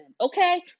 okay